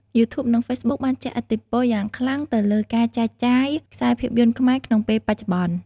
យូធូបនិង ហ្វេសប៊ុកបានជះឥទ្ធិពលយ៉ាងខ្លាំង ទៅលើការចែកចាយខ្សែភាពយន្តខ្មែរក្នុងពេលបច្ចុប្បន្ន។